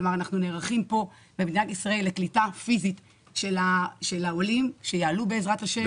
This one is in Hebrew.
אנחנו נערכים פה במדינת ישראל לקליטה פיזית של העולים שיעלו בעזרת השם,